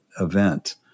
event